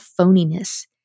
phoniness